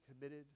committed